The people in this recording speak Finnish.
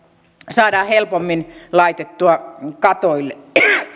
saadaan helpommin laitettua katoille